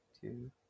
two